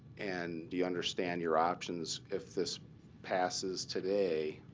and do you understand your options if this passes today,